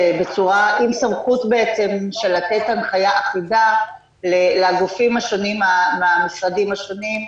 עם סמכות בעצם של לתת הנחיה אחידה לגופים השונים מהמשרדים השונים,